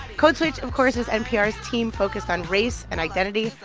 code switch, of course, is npr's team focused on race and identity.